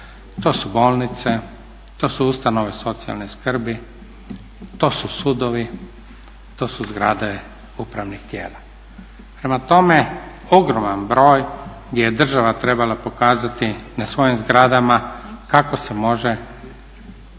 to su bolnice, to su ustanove socijalne skrbi, to su sudovi, to su zgrade upravnih tijela. Prema tome, ogroman broj je država trebala pokazati na svojim zgradama kako se može riješiti